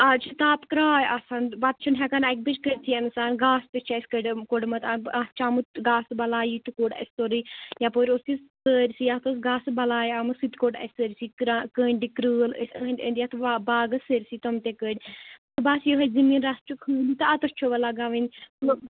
آز چھِ تاپہٕ کراے آسان پتہٕ چھنہٕ ہیٚکان اَکہِ بَجہِ کٔرۍ تھٕے انسان گاسہٕ تہِ چھُ اَسہِ کٔڑ کوٚڑمُت اتھ چھُ آمُت گاسہٕ بلاے یِتہِ کوٚڑ اَسہِ سورُے یپٲرۍ اوس یہِ سٲرسٕے اتھ ٲسۍ گاسہِ بلاے آمٕژ یتہِ کوٚڑ اَسہِ سٲرسٕے کٔنڑۍ کرٲلۍ ٲسۍ أندۍ أندۍ یتھ باغس سٲرسٕے تِم تہِ کٔڑۍ بس یِہٲے زٔمیٖن رَژھ چھِ خٲلی اَتَتھ چھو وۄنۍ لگاوٕنۍ